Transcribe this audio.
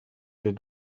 der